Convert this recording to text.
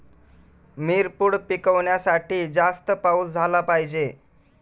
मिरपूड पिकवण्यासाठी जास्त पाऊस झाला पाहिजे